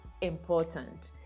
important